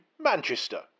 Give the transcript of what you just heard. Manchester